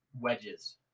wedges